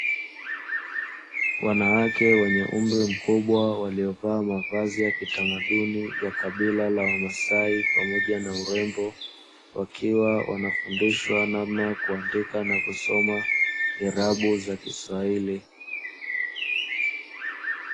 Wanawake wenye umri mkubwa waliovaa mavazi ya kitamaduni ya kabila la wamasai pamoja na urembo, wakiwa wanafundishwa namna ya kuandika na kusoma irabu za kiswahili.